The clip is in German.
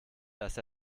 dass